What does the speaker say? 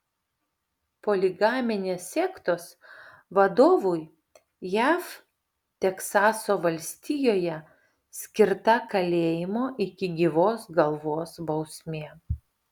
poligaminės sektos vadovui jav teksaso valstijoje skirta kalėjimo iki gyvos galvos bausmė